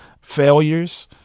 failures